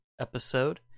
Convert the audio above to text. episode